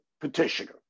petitioner